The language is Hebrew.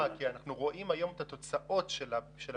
כי אנחנו רואים היום את התוצאות של הביצוע,